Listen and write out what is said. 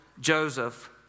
Joseph